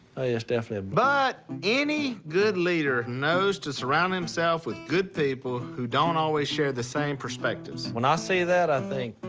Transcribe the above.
it's definitely a. but any good leader knows to surround himself with good people who don't always share the same perspectives. when i see that, i think.